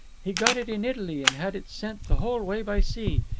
he got it in italy and had it sent the whole way by sea.